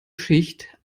schicht